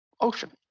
ocean